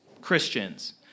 Christians